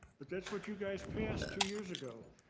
but that's what you guys passed two years ago.